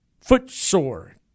footsore